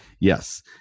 yes